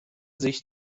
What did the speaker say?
sich